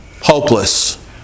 hopeless